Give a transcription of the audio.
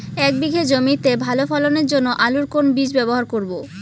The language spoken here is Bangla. এক বিঘে জমিতে ভালো ফলনের জন্য আলুর কোন বীজ ব্যবহার করব?